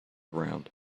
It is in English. round